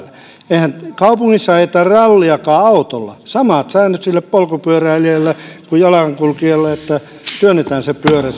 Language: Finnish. eihän kaupungissa ajeta rallia autollakaan samat säännöt sille polkupyöräilijälle kuin jalankulkijalle että työnnetään se pyörä